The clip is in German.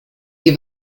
die